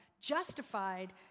justified